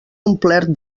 omplit